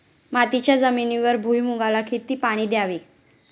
मातीच्या जमिनीवर भुईमूगाला किती पाणी द्यावे?